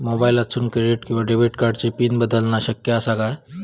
मोबाईलातसून क्रेडिट किवा डेबिट कार्डची पिन बदलना शक्य आसा काय?